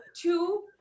Two